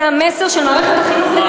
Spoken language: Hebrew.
זה המסר של מערכת החינוך,